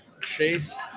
Chase